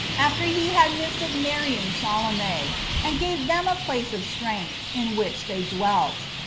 after he had missed of marrying salome, and gave them a place of strength, in which they dwelt.